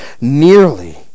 nearly